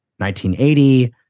1980